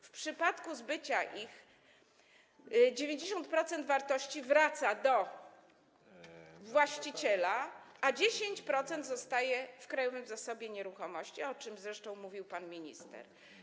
W przypadku ich zbycia 90% wartości wraca do właściciela, a 10% zostaje w Krajowym Zasobie Nieruchomości, o czym zresztą mówił pan minister.